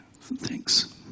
Thanks